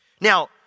Now